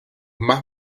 más